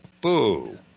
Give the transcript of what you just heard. boo